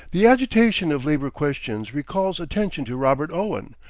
the agitation of labor questions recalls attention to robert owen,